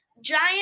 giant